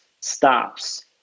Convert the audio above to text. stops